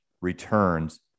returns